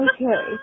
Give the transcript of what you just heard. Okay